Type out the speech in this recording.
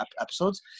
episodes